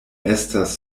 estas